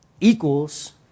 equals